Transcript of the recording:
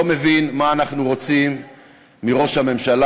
לא מבין מה אנחנו רוצים מראש הממשלה,